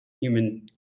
human